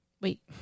Wait